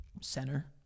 center